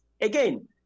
Again